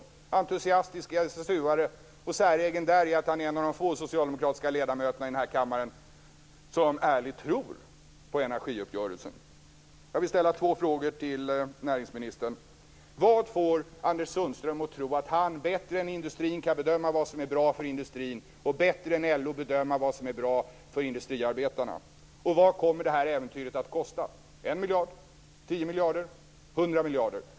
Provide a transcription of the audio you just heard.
Han är en entusiastisk SSU:are och säregen däri att han är en av de få socialdemokratiska ledamöterna i denna kammare som ärligt tror på energiuppgörelsen. Jag vill ställa två frågor till näringsministern: Vad får Anders Sundström att tro att han bättre än industrin kan bedöma vad som är bra för industrin och bättre än LO att bedöma vad som är bra för industriarbetarna? Vad kommer det här äventyret att kosta, 1 miljard, 10 miljarder, 100 miljarder?